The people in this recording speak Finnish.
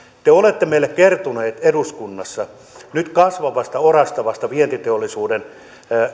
te olette meille kertoneet eduskunnassa nyt kasvavasta orastavasta vientiteollisuuden